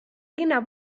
linna